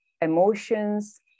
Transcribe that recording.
emotions